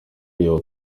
uyu